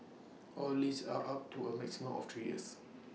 all leases are up to A maximum of three years